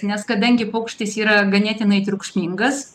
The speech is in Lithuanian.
nes kadangi paukštis yra ganėtinai triukšmingas